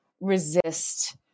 resist